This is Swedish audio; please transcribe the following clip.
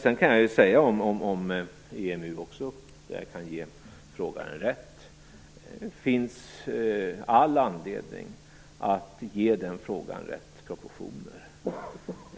Jag kan ge frågaren rätt i att det finns all anledning att ge frågan om EMU rätt proportioner.